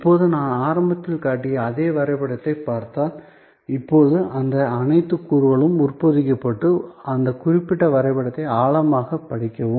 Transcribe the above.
இப்போது நான் ஆரம்பத்தில் காட்டிய அதே வரைபடத்தைப் பார்த்தால் இப்போது இந்த அனைத்து கூறுகளும் உட்பொதிக்கப்பட்டு இந்த குறிப்பிட்ட வரைபடத்தை ஆழமாகப் படிக்கவும்